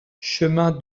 chemin